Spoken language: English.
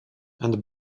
and